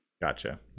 Gotcha